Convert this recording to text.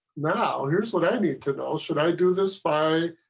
now here's what i need to know should i do this by.